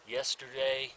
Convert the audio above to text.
Yesterday